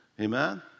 Amen